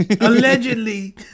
Allegedly